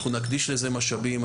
אנחנו נקדיש לזה משאבים,